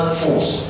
force